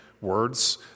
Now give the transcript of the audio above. words